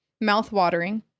mouth-watering